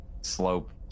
slope